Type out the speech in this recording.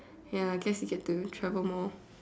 ya I guess you do travel more